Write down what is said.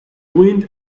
wind